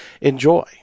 enjoy